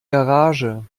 garage